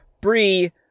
Bree